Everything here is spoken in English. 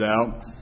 out